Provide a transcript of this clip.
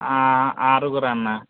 ఆరుగురు అన్న